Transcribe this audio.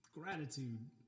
gratitude